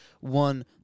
one